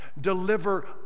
Deliver